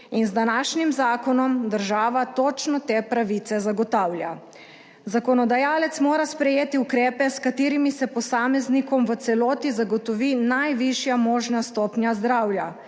In z današnjim zakonom država točno te pravice zagotavlja. Zakonodajalec mora sprejeti ukrepe, s katerimi se posameznikom v celoti zagotovi najvišja možna stopnja zdravja.